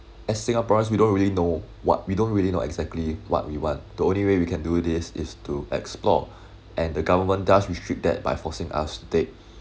as singaporeans we don't really know what we don't really know exactly what we want the only way we can do this is to explore and the government does restrict that by forcing us to take